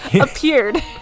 appeared